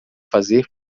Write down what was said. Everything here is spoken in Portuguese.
fazer